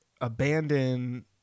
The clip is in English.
abandon